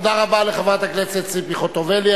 תודה רבה לחברת הכנסת ציפי חוטובלי.